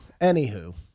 Anywho